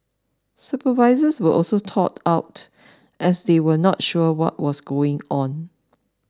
supervisors were also caught out as they were not sure what was going on